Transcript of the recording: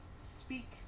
speak